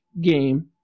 game